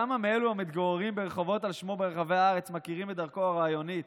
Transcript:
כמה מאלה המתגוררים ברחובות על שמו ברחבי הארץ מכירים את דרכו הרעיונית